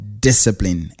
discipline